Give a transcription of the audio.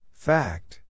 Fact